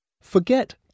Forget